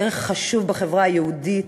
ערך חשוב בחברה היהודית.